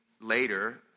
later